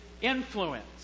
influence